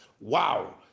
Wow